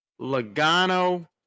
Logano